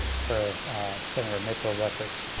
for senator mitchell's efforts,